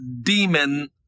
demon